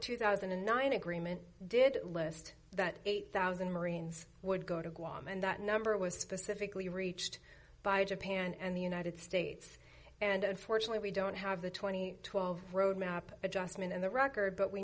two thousand and nine agreement did list that eight thousand marines would go to guam and that number was specifically reached by japan and the united states and unfortunately we don't have the two thousand and twelve roadmap adjustment in the record but we